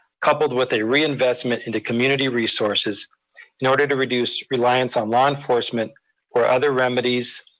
coupled with a reinvestment into community resources in order to reduce reliance on law enforcement or other remedies,